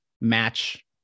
match